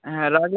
হ্যাঁ রাখলাম